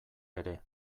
ere